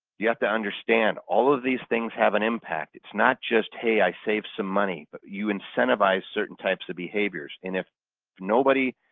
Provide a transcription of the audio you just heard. you have to understand, all of these things have an impact. it's not just, hey i saved some money. but you incentivize certain types of behaviors. and if nobody,